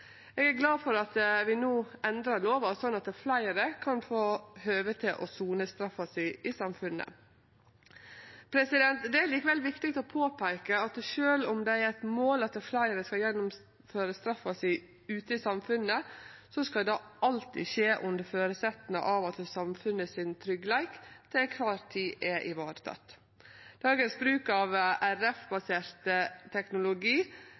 Eg er glad for at vi no endrar lova, slik at fleire kan få høve til å sone straffa si i samfunnet. Det er likevel viktig å påpeike at sjølv om det er eit mål at fleire skal gjennomføre straffa si ute i samfunnet, skal det alltid vere ein føresetnad at tryggleiken i samfunnet heile tida er vareteken. Dagens bruk av RF-basert teknologi